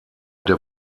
der